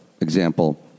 example